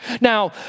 Now